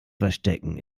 verstecken